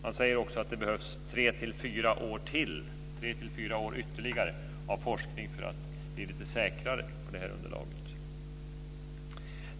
Man säger också att det behövs tre till fyra års ytterligare forskning för att man ska bli lite säkrare när det gäller underlaget.